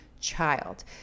child